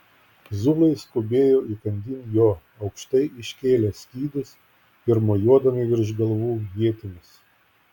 zulai skubėjo įkandin jo aukštai iškėlę skydus ir mojuodami virš galvų ietimis